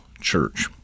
church